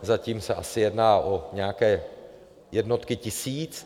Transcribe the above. Zatím se asi jedná o nějaké jednotky tisíc.